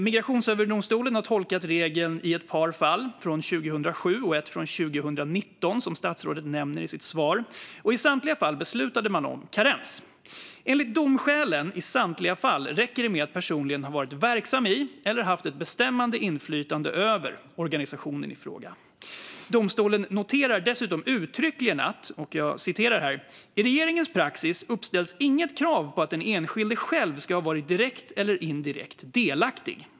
Migrationsöverdomstolen har tolkat regeln i ett par fall från 2007 och ett från 2019, som statsrådet nämnde i sitt svar, och i samtliga fall beslutade man om karens. Enligt domskälen i samtliga fall räcker det med att personen har varit verksam i eller haft ett bestämmande inflytande över organisationen i fråga. Domstolen noterar dessutom uttryckligen: "I regeringens praxis uppställs inget krav på att den enskilde själv ska ha varit direkt eller indirekt delaktig."